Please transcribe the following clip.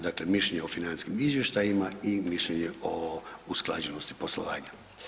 Dakle, mišljenje o financijskim izvještajima i mišljenje o usklađenosti poslovanja.